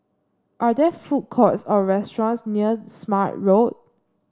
are there food courts or restaurants near Smart Road